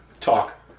talk